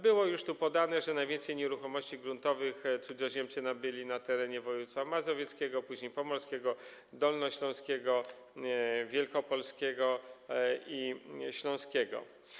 Było już tu podane, że najwięcej nieruchomości gruntowych cudzoziemcy nabyli na terenie województwa mazowieckiego, później pomorskiego, dolnośląskiego, wielkopolskiego i śląskiego.